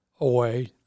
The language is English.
away